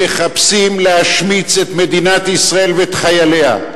מחפשים, להשמיץ את מדינת ישראל ואת חייליה.